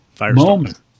moment